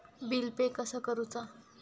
Bill pay कसा करुचा?